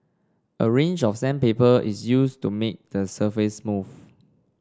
a range of sandpaper is used to make the surface smooth